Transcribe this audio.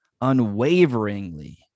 unwaveringly